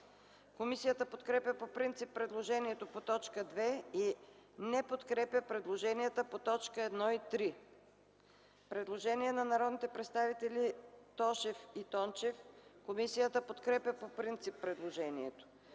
Комисията подкрепя по принцип предложението по т. 2 и не подкрепя предложенията по т. 1 и 3. Предложение на народните представители Тошев и Тончев. Комисията подкрепя по принцип предложението.